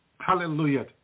Hallelujah